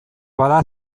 bada